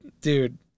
dude